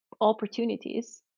opportunities